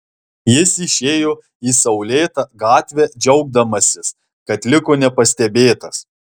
jis išėjo į saulėtą gatvę džiaugdamasis kad liko nepastebėtas